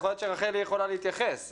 יכול להיות שרחלי יכולה להתייחס,